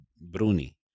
bruni